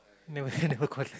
never say never collect